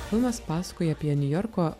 filmas pasakoja apie niujorko